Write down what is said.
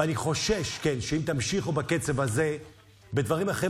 ואני חושש שאם תמשיכו בקצב הזה בדברים אחרים,